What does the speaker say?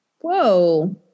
Whoa